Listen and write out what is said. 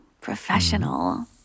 professional